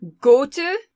go-to